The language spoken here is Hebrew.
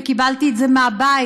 וקיבלתי את זה מהבית.